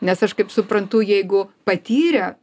nes aš kaip suprantu jeigu patyrę